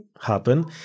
happen